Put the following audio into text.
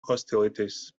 hostilities